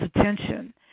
attention